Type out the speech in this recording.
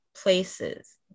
places